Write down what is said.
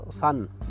fun